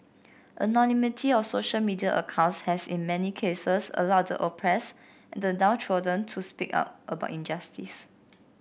anonymity of social media accounts has in many cases allowed the oppressed and the downtrodden to speak out about injustice